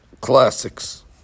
classics